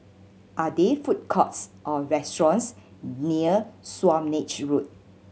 are there food courts or restaurants near Swanage Road